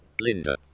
Linda